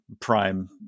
prime